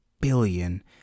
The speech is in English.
billion